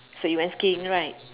so you went skiing right